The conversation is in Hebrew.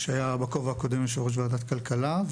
שבכובע הקודם שלו היה יו"ר ועדת כלכלה.